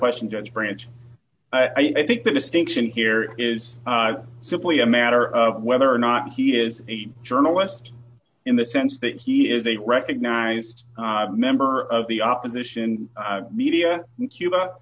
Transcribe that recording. question judge branch but i think the distinction here is simply a matter of whether or not he is a journalist in the sense that he is a recognized member of the opposition media cuba